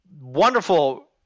wonderful